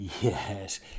Yes